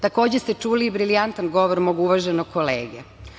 Takođe ste čuli brilijantan govor mog uvaženog kolege.